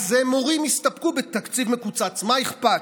אז מורים יסתפקו בתקציב מקוצץ, מה אכפת?